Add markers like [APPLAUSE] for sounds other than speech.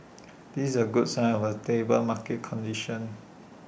[NOISE] this A good sign of A stable market conditions